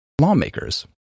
lawmakers